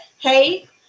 Hey